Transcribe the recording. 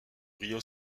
río